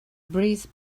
breeze